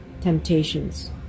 temptations